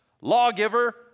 lawgiver